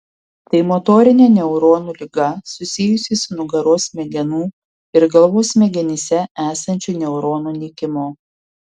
tai motorinė neuronų liga susijusi su nugaros smegenų ir galvos smegenyse esančių neuronų nykimu